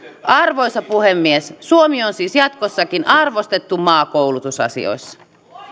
arvoisa puhemies suomi on siis jatkossakin arvostettu maa koulutusasioissa